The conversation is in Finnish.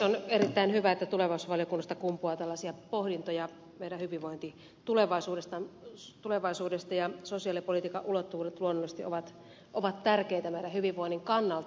on erittäin hyvä että tulevaisuusvaliokunnasta kumpuaa tällaisia pohdintoja meidän hyvinvointimme tulevaisuudesta ja sosiaalipolitiikan ulottuvuudet luonnollisesti ovat tärkeitä meidän hyvinvointimme kannalta